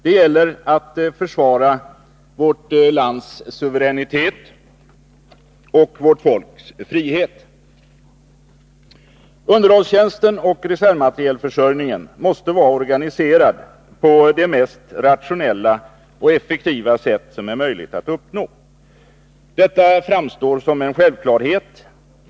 Det gäller att försvara vårt lands suveränitet och vårt folks frihet. Underhållstjänsten och reservmaterielförsörjningen måste vara organiserad på det mest rationella och effektiva sätt som är möjligt att uppnå. Det framstår som en självklarhet.